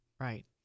right